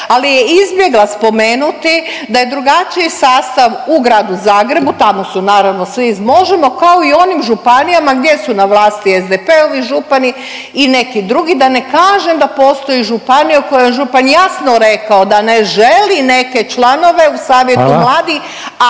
ali je izbjegla spomenuti da je drugačiji sastav u Gradu Zagrebu, tamo su naravno, svi iz Možemo!, kao i onim županijama gdje su na vlasti SDP-ovi župani i neki drugi, da ne kažem da postoji županija u kojoj je župan jasno rekao da ne želi neke članove u savjetu mladih